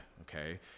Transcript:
okay